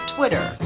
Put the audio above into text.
Twitter